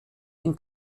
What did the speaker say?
den